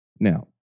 Now